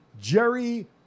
Jerry